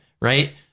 right